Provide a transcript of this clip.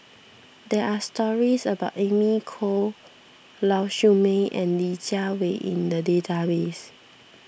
there are stories about Amy Khor Lau Siew Mei and Li Jiawei in the database